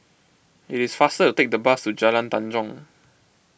it is faster to take the bus to Jalan Tanjong